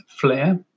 flare